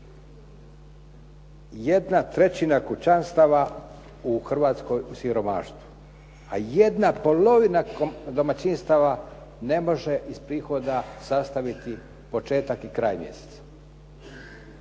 osporio 1/3 kućanstava u Hrvatskoj u siromaštvu, a 1/2 domaćinstava ne može iz prihoda sastaviti početak i kraj mjeseca.